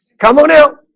come on out